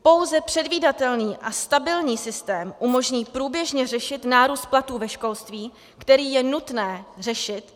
Pouze předvídatelný a stabilní systém umožní průběžně řešit nárůst platů ve školství, který je nutné řešit.